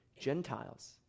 Gentiles